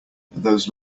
those